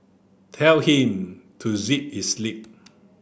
tell him to zip his lip